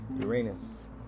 Uranus